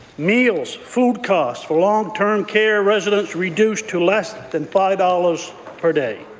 meals, food costs for long-term care residents reduced to less than five dollars per day.